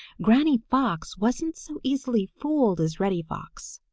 granny fox wasn't so easily fooled as reddy fox.